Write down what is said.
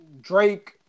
Drake